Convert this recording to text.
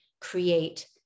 create